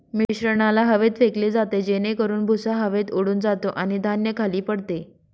मिश्रणाला हवेत फेकले जाते जेणेकरून भुसा हवेत उडून जातो आणि धान्य खाली पडते